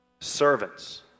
servants